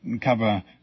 cover